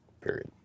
period